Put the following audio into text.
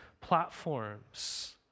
platforms